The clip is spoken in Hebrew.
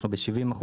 אנחנו ב-70%.